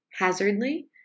hazardly